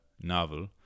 novel